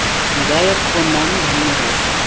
गायकको नाम भन्नुहोस्